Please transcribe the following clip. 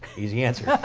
easy answer.